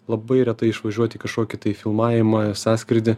labai retai išvažiuoti į kažkokį tai filmavimą sąskrydį